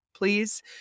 please